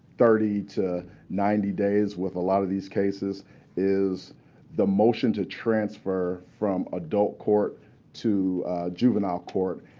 thirty to ninety days with a lot of these cases is the motion to transfer from adult court to juvenile court,